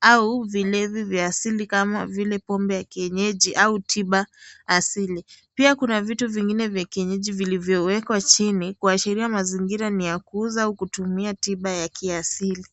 au vilevi vya asiili, kama vile, pombe ya kienyeji au tiba asili. Pia kuna vitu vingine vya kienyeji vilivyowekwa chini. Kuashiria mazingira ni ya kuuza au kutumia tiba ya kiasili.